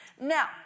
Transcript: Now